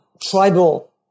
tribal